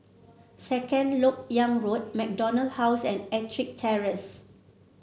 Second LoK Yang Road MacDonald House and EttricK Terrace